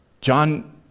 John